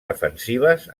defensives